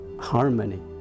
harmony